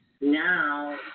now